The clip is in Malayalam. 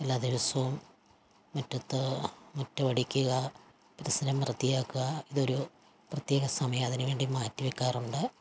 എല്ലാ ദിവസവും മുറ്റത്ത് മുറ്റമടിക്കുക പരിസരം വൃത്തിയാക്കുക ഇതൊരു പ്രത്യേക സമയമതിനുവേണ്ടി മാറ്റി വെക്കാറുണ്ട്